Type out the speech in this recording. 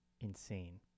insane